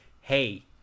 hey